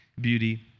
beauty